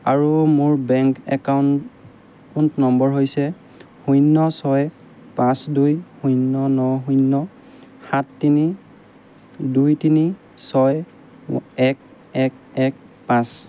আৰু মোৰ bank account উণ্ট নম্বৰ হৈছে শূন্য় ছয় পাঁচ দুই শূন্য় ন শূন্য় সাত তিনি দুই তিনি ছয় এক এক এক পাঁচ